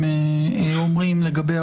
יודע.